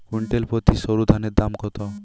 Quintal প্রতি সরুধানের দাম কত?